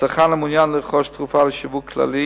הצרכן המעוניין לרכוש תרופה לשיווק כללי